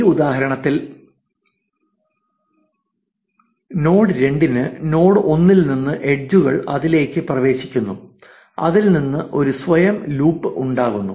ഈ ഉദാഹരണത്തിൽ നോഡ് 2 ന് നോഡ് 1 ൽ നിന്ന് എഡ്ജ്കൾ അതിലേക്ക് പ്രവേശിക്കുന്നു അതിൽ നിന്ന് ഒരു സ്വയം ലൂപ്പ് ഉണ്ടാകുന്നു